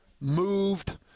moved